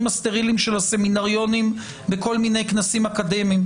הסטריליים של הסמינריונים בכל מיני כנסים אקדמיים,